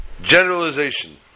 generalization